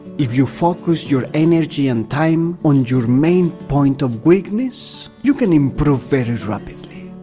if you focus your energy and time on your main point of weakness, you can improve very rapidly!